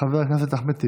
חבר הכנסת אחמד טיבי.